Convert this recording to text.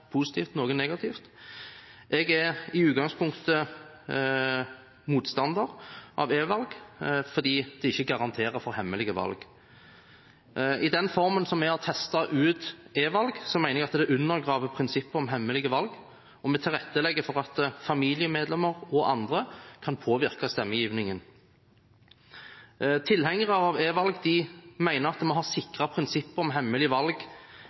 positivt, noen negativt. Jeg er i utgangspunktet motstander av e-valg fordi det ikke garanterer for hemmelige valg. I den formen som vi har testet ut e-valg, mener jeg at det undergraver prinsippet om hemmelige valg, og vi tilrettelegger for at familiemedlemmer og andre kan påvirke stemmegivningen. Tilhengere av e-valg mener at en har sikret prinsippet om hemmelige valg